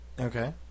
Okay